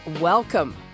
welcome